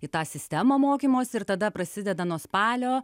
į tą sistemą mokymosi ir tada prasideda nuo spalio